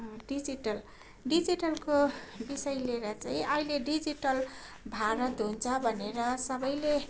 digital डिजिटलको विषय लिएर चाहिँ अहिले डिजिटल भारत हुन्छ भनेर सबैले